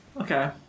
Okay